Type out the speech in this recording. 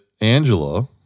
Angela